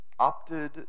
Opted